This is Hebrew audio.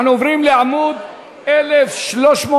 אנחנו עוברים לעמוד 1346,